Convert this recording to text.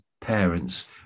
parents